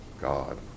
God